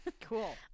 Cool